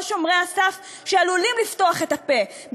כל שומרי הסף שעלולים לפתוח את הפה,